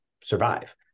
survive